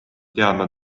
teadma